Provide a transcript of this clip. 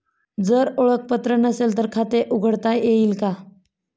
जर ओळखपत्र नसेल तर खाते उघडता येईल का?